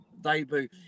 debut